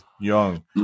young